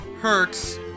Hurts